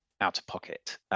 out-of-pocket